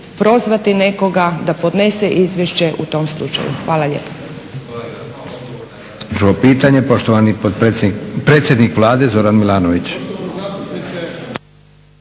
prozvati nekoga da podnese izvješće u tom slučaju? Hvala lijepa.